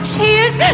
tears